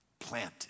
Planted